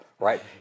right